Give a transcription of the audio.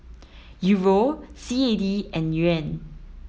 Euro C A D and Yuan